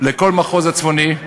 לכל המחוז הצפוני.